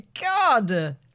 God